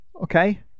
Okay